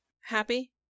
Happy